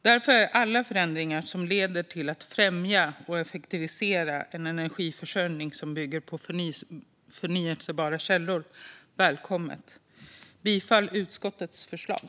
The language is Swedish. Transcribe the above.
Därför är alla förändringar som leder till att främja och effektivisera en energiförsörjning som bygger på förnybara källor välkomna. Jag yrkar bifall till utskottets förslag.